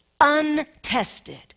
untested